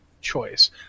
choice